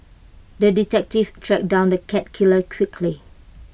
the detective tracked down the cat killer quickly